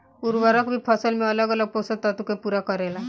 उर्वरक भी फसल में अलग अलग पोषण तत्व के पूरा करेला